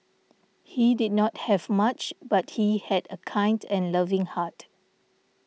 he did not have much but he had a kind and loving heart